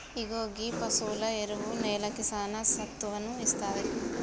ఇగో గీ పసువుల ఎరువు నేలకి సానా సత్తువను ఇస్తాది